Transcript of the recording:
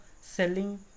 selling